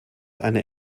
eine